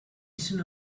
izen